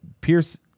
Pierce